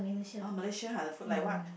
oh Malaysia ha the food like what